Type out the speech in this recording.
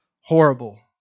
horrible